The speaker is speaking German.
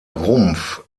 rumpf